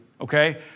okay